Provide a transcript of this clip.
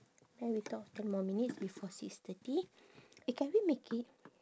then we talk ten more minutes before six thirty eh can we make it